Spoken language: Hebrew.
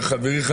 חברי,